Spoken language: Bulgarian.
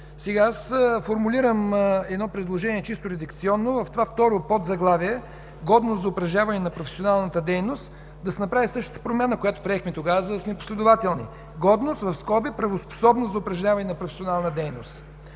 Сега формулирам чисто редакционно предложение – в това второ подзаглавие „Годност за упражняване на професионалната дейност”, да се направи същата промяна, каквато приехме тогава, за да сме последователни: „Годност (правоспособност) за упражняване на професионална дейност”.